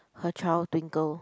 her child Twinkle